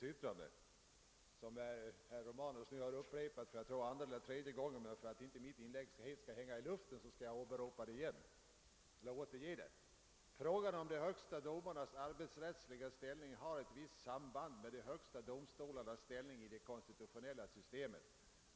Jag tror att herr Romanus har upprepat det två eller tre gånger, men för att inte mitt inlägg helt skall hänga i luften återger jag det på nytt. Det lyder: >Frågan om de högsta domarnas arbetsrättsliga ställning har ett visst samband med de högsta domstolarnas ställning i det konstitutionella systemet.